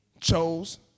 chose